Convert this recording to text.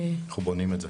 אנחנו בונים את זה.